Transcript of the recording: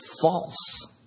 false